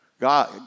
God